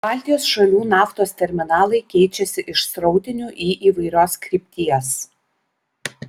baltijos šalių naftos terminalai keičiasi iš srautinių į įvairios krypties